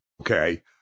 Okay